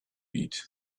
eat